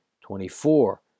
twenty-four